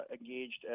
engaged